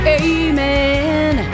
amen